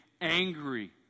angry